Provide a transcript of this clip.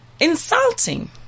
Insulting